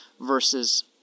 versus